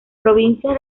provincias